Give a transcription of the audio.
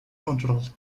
controle